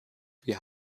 wir